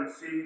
see